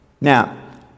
Now